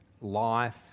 life